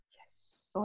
Yes